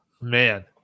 man